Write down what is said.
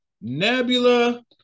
Nebula